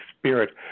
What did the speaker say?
spirit